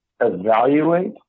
evaluate